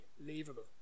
unbelievable